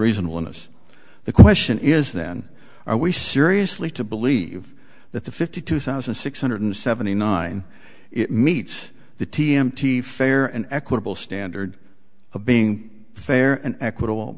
reasonableness the question is then are we seriously to believe that the fifty two thousand six hundred seventy nine it meets the t m t fair and equitable standard of being fair and equitable